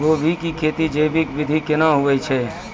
गोभी की खेती जैविक विधि केना हुए छ?